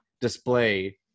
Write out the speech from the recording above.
display